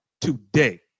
today